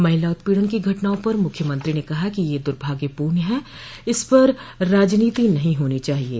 महिला उत्पीड़न की घटनाओं पर मुख्यमंत्री ने कहा कि यह दुर्भाग्यपूर्ण है इस पर राजनीति नहीं होनी चाहिये